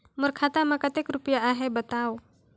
मोर खाता मे कतेक रुपिया आहे बताव?